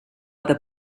other